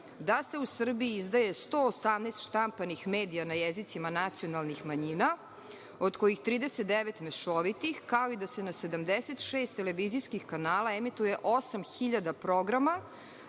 da se u Srbiji izdaje 118 štampanih medija na jezicima nacionalnih manjina, od kojih 39 mešovitih, kao i da se na 76 televizijskih kanala emituje 8.000 programa,